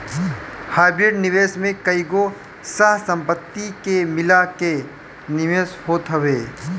hybrid निवेश में कईगो सह संपत्ति के मिला के निवेश होत हवे